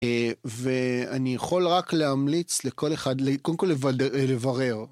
ואני יכול רק להמליץ לכל אחד, קודם כל לברר.